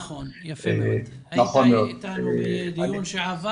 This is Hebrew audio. היית אתנו בדיון הקודם.